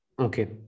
okay